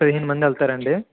పదిహేను మంది వెళ్తారండి